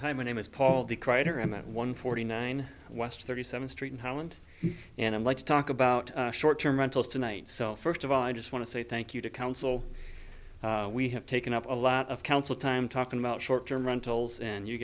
hi my name is paul decwriter i'm at one forty nine west thirty seventh street in holland and i'd like to talk about short term rentals tonight sell first of all i just want to say thank you to council we have taken up a lot of council time talking about short term rentals and you